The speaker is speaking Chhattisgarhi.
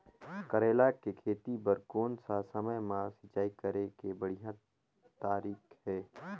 करेला के खेती बार कोन सा समय मां सिंचाई करे के बढ़िया तारीक हे?